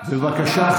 בבקשה,